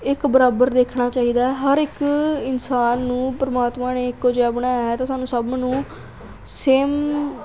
ਇੱਕ ਬਰਾਬਰ ਦੇਖਣਾ ਚਾਹੀਦਾ ਹਰ ਇੱਕ ਇਨਸਾਨ ਨੂੰ ਪਰਮਾਤਮਾ ਨੇ ਇੱਕੋ ਜਿਹਾ ਬਣਾਇਆ ਹੈ ਤਾਂ ਸਾਨੂੰ ਸਭ ਨੂੰ ਸੇਮ